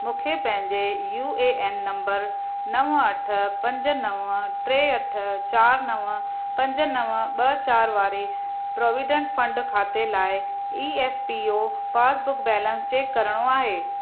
मूंखे मुंहिंजे U A N number नव अठ पंज नव टे अठ चारि नव पंज नव ॿ चारि वारे प्राविडन्ट फंड खाते लाइ E F P O passbook balance check करिणो आहे